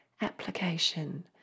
application